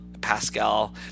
Pascal